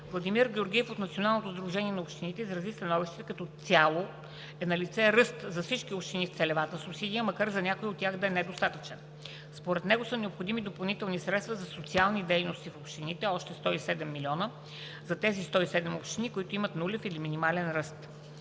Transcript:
Владимир Георгиев от Националното сдружение на общините изрази становище, че като цяло е налице ръст за всички общини от целевата субсидия, макар за някои от тях да е недостатъчен. Според него са необходими допълнителни средства за социалните дейности в общините; още 107 млн. лв. за тези 107 общини, които имат нулев или минимален ръст;